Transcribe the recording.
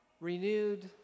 renewed